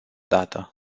dată